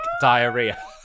diarrhea